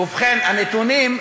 ובכן,